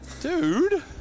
dude